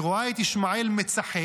היא רואה את ישמעאל מצחק.